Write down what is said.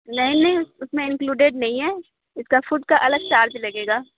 نہیں نہیں اُس میں انکلیوڈیڈ نہیں ہے اِس کا فوڈ کا الگ چارج لگے گا